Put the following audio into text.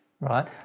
Right